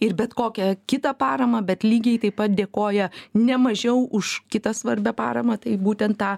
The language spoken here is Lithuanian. ir bet kokią kitą paramą bet lygiai taip pat dėkoja ne mažiau už kitą svarbią paramą tai būtent tą